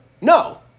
No